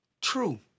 True